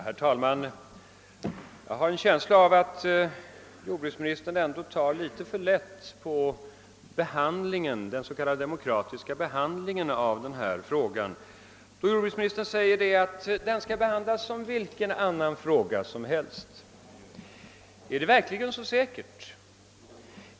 Herr talman! Jag har en känsla av att jordbruksministern ändå tar litet för lätt på den s.k. demokratiska behandlingen av denna fråga. Jordbruksministern säger att den skall behandlas som vilken annan fråga som helst. Är det verkligen så säkert?